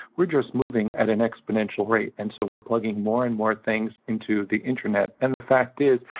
we're just moving at an exponential rate. and so we're plugging more and more things into the internet. and the fact is,